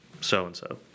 so-and-so